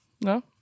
no